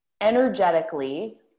energetically